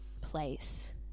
place